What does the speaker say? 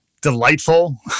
Delightful